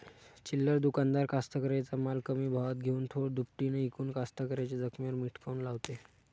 चिल्लर दुकानदार कास्तकाराइच्या माल कमी भावात घेऊन थो दुपटीनं इकून कास्तकाराइच्या जखमेवर मीठ काऊन लावते?